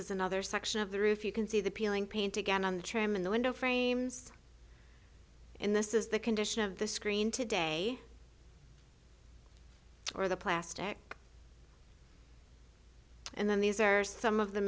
is another section of the roof you can see the peeling paint again on the trim in the window frames in this is the condition of the screen today or the plastic and then these are some of the